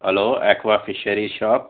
hello aqua fishery shop